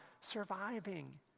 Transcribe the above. surviving